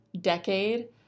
decade